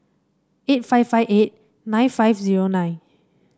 eight five five eight nine five zero nine